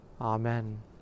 Amen